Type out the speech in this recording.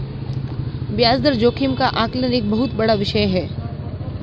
ब्याज दर जोखिम का आकलन एक बहुत बड़ा विषय है